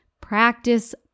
Practice